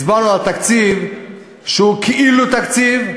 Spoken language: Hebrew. הצבענו על תקציב שהוא כאילו-תקציב,